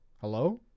hello